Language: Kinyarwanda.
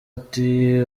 ati